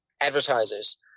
advertisers